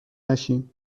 نشیم